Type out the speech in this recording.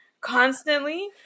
constantly